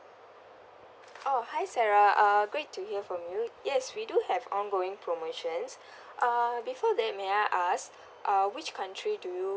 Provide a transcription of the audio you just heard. oh hi sarah uh great to hear from you yes we do have ongoing promotions uh before that may I ask uh which country do you